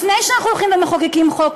לפני שאנחנו הולכים ומחוקקים חוק,